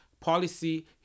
policy